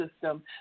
system